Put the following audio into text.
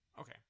Okay